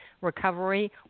Recovery